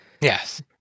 Yes